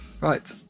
Right